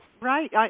Right